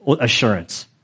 assurance